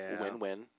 win-win